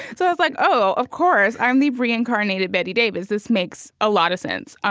so i was like, oh, of course. i'm the reincarnated bette davis. this makes a lot of sense.